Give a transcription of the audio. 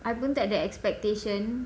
I pun takde expectation